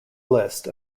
list